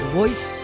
Voice